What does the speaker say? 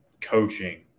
coaching